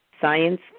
science